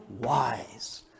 wise